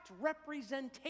representation